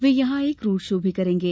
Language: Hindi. वे यहां एक रोड शो भी करेंगे